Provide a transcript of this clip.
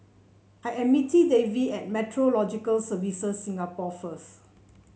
I am meeting Davy at Meteorological Services Singapore first